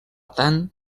tant